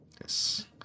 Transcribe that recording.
Yes